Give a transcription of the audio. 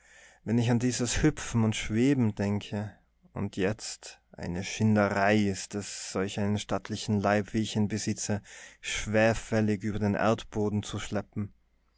wenn ich an dieses hüpfen und schweben denke und jetzt eine schinderei ist es solch einen stattlichen leib wie ich ihn besitze schwerfällig über den erdboden zu schleppen